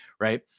Right